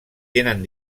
tenen